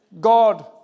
God